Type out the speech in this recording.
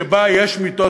שבה יש מיטות,